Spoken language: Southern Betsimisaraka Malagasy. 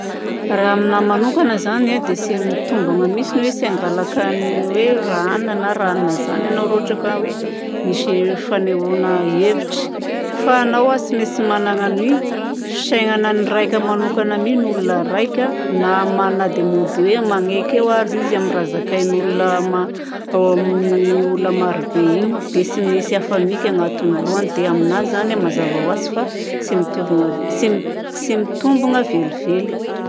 Raha aminahy manokagna zany a, dia tsy mitombigna mihitsy ny hoe tsy hangalaka ny hoe rahanona na rahanona zany ianao raha ohatra ka hoe misy fanehoana hevitra. Fa anao a tsy maintsy managna ny fisaignanan'ny raika manokagna mi ny ologna raika na ma- na dia mody hoe manaiky eo aza izy amin'ny raha zakain'ologna ma- ao amin'ny ologna marobe igny. Dia tsy maintsy hafa mika agnatin'ny lohany. Dia aminahy zany a, mazava ho azy fa tsy mitovina- tsy m- tsy mitombigna velively